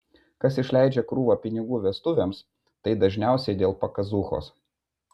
kas išleidžia krūvą pinigų vestuvėms tai dažniausiai dėl pakazuchos